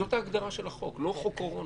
זאת ההגדרה של החוק, לא חוק קורונה.